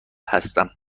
هستم